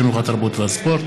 החינוך, התרבות והספורט.